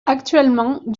actuellement